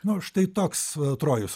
nu štai toks trojus